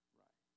right